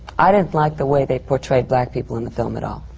i didn't like the way they portrayed black people in the film at all.